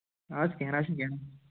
نہَ حظ کیٚنٛہہ نہَ حظ چھُ کیٚنٛہہ نہَ